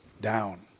down